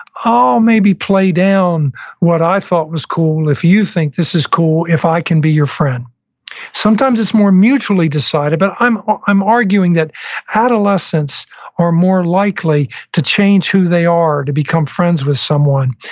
i'll maybe play down what i thought was cool if you think this is cool, if i can be your friend sometimes it's more mutually decided, but i'm i'm arguing that adolescents are more likely to change who they are to become friends with someone.